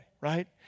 right